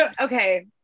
okay